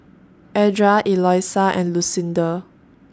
Edra Eloisa and Lucinda